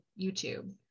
YouTube